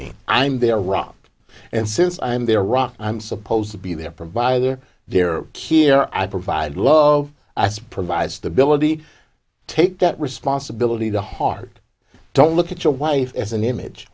me i'm their rock and since i'm their rock i'm supposed to be there by their their keir i provide love ice provide stability take that responsibility to heart don't look at your wife as an image